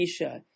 Elisha